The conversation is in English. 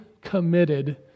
committed